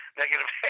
negative